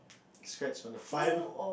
scratch on the file